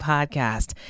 Podcast